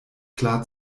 klar